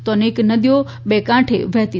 તો અનેક નદીઓ બે કાંઠે વહી હતી